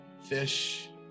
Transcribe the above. fish